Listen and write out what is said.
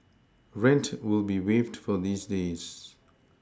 rent will be waived for these days